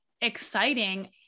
exciting